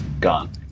gone